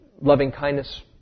loving-kindness